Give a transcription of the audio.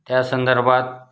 त्या संदर्भात